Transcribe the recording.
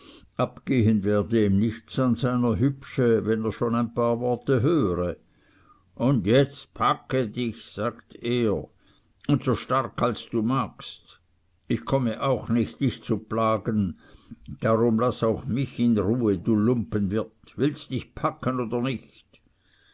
abgehen werde ihm nichts an seiner hübsche wenn er schon ein paar worte höre und jetzt packe dich sagte er und so stark als du magst ich komme auch nicht dich zu plagen darum laß auch mich in ruhe du lumpenwirt willst dich packen oder nicht